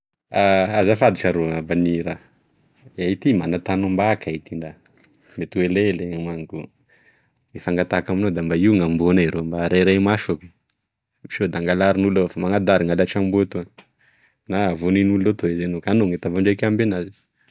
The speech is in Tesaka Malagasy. Azafady saroa abaneraha iahy ity magnatany homba iahy ty raha magna tany ka mety ho elaely iahy no any ko e fangatahako aminao da mba io gn'amboanay rô mba arahiray maso sao da angalarin'olo ao fa manadary ty alatr'amboa na vonin'olo etoa zao ke anao gne tavadraiko iamby an'azy.